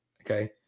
Okay